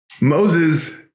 Moses